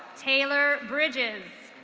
taylor bridges.